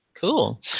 Cool